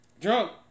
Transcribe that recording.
drunk